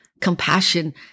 compassion